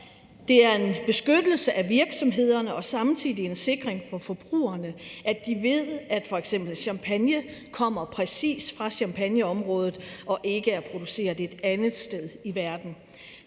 Det er en beskyttelse af virksomhederne og samtidig en sikring af, at forbrugerne ved, at f.eks. champagne kommer præcis fra Champagneområdet og ikke er produceret et andet sted i verden.